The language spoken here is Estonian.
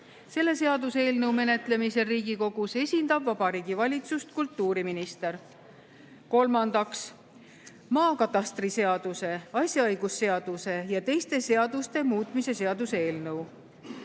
Selle seaduseelnõu menetlemisel Riigikogus esindab Vabariigi Valitsust kultuuriminister. Kolmandaks, maakatastriseaduse, asjaõigusseaduse ja teiste seaduste muutmise seaduse eelnõu.